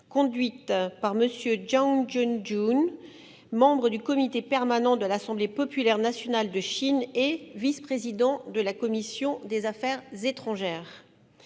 conduite par monsieur John John, membre du comité permanent de l'Assemblée populaire nationale de Chine et vice-président de la commission des Affaires étrangères,